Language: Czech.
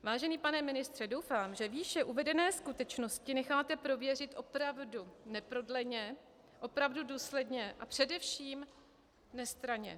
Vážený pane ministře, doufám, že výše uvedené skutečnosti necháte prověřit opravdu neprodleně, opravdu důsledně a především nestranně.